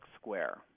square